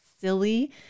silly